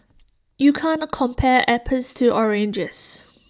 you can't compare apples to oranges